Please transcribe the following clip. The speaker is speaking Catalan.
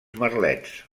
merlets